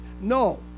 No